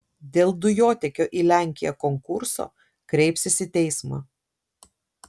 dėl dujotiekio į lenkiją konkurso kreipsis į teismą